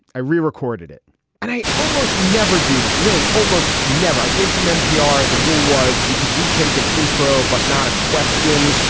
i re-recorded it and i almost never do that. really? almost never. i came from npr. the rule was you could retake an intro, but not a question.